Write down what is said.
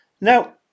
Now